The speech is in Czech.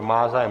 Má zájem?